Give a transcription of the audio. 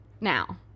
Now